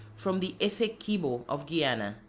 from the essequibo of guiana.